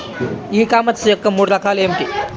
ఈ కామర్స్ యొక్క మూడు రకాలు ఏమిటి?